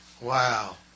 Wow